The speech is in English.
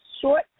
short